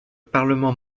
parlement